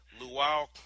Luau